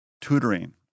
tutoring